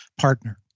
partner